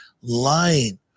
lying